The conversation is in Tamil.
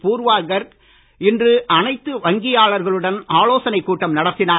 பூர்வா கர்க் இன்று அனைத்து வங்கியாளர்களுடன் ஆலோசனைக் கூட்டம் நடத்தினார்